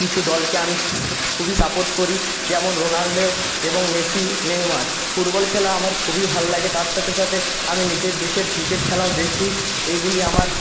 কিছু দলকে আমি খুবই সাপোর্ট করি যেমন রোনাল্ডো এবং মেসি নেইমার ফুটবল খেলা আমার খুবই ভাল্লাগে তার সাথে সাথে আমি নিজের দেশের ক্রিকেট খেলাও দেখি এগুলি আমার